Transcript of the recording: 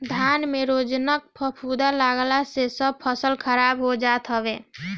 धान में रोगजनक फफूंद लागला से सब फसल खराब हो जात हवे